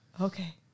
okay